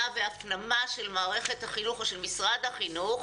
והפנמה של מערכת החינוך ואל משרד החינוך,